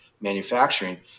manufacturing